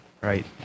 Right